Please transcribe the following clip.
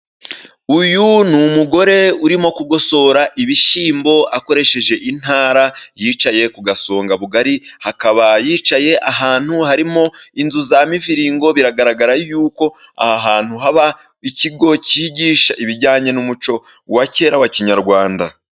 Uyu ni umugore urimo kugosora ibishyimbo akoresheje intara, yicaye ku gasongabugari, akaba yicaye ahantu harimo inzu za mivirigo, biragaragara yuko aha hantu haba ikigo cyigisha ibijyanye n'umuco wa kera wa kinyarwanda.